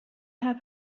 half